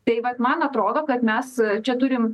tai vat man atrodo kad mes čia turim